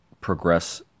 progress